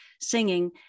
singing